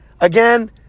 Again